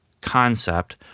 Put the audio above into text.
concept